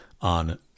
on